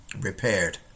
repaired